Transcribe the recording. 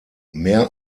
mehr